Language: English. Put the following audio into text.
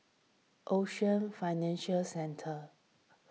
Ocean Financial Centre